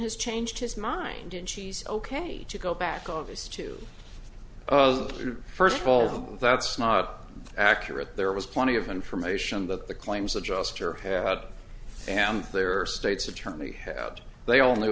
has changed his mind and she's ok to go back obvious to you first of all that's not accurate there was plenty of information that the claims adjuster had and there are states attorney had they only knew